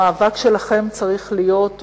המאבק שלכם צריך להיות,